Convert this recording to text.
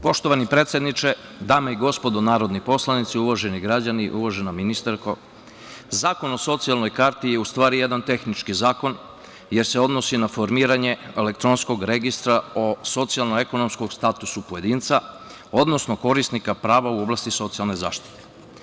Poštovani predsedniče, dame i gospodo narodni poslanici, uvaženi građani, uvažena ministarko, zakon o socijalnoj karti je u stvari jedan tehnički zakon jer se odnosi na formiranje elektronskog registra o socijalno-ekonomskom statusu pojedinca, odnosno korisnika prava u oblasti socijalne zaštite.